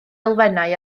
elfennau